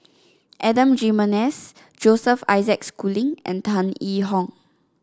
Adan Jimenez Joseph Isaac Schooling and Tan Yee Hong